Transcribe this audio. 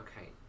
okay